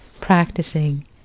practicing